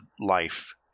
life